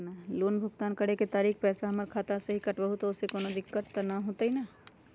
Loan भुगतान करे के खातिर पैसा हमर खाता में से ही काटबहु त ओसे कौनो दिक्कत त न होई न?